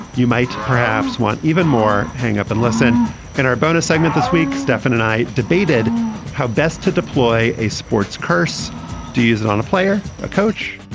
you might perhaps want even more. hang up and listen in our bonus segment this week. stefan and i debated how best to deploy a sports curse used and on a player, a coach,